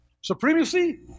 Supremacy